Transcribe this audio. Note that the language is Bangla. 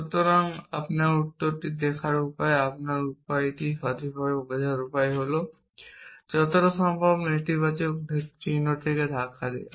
সুতরাং আপনার উত্তরটি দেখার উপায়টি আপনার উপায়টি সঠিকভাবে বোঝার উপায় হল যতটা সম্ভব নেতিবাচক চিহ্নটিকে ধাক্কা দেওয়া